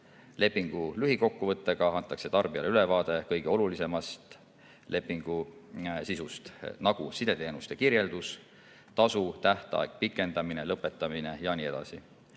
Lepingu lühikokkuvõttega antakse tarbijale ülevaade kõige olulisemast lepingu sisust, nagu sideteenuste kirjeldus, tasu, tähtaeg, pikendamine, lõpetamine ja nii edasi.